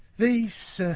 these,